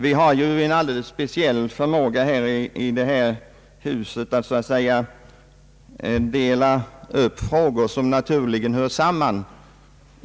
Vi har en alldeles speciell förmåga i det här huset att dela upp frågor i olika bitar trots att de naturligen hör samman.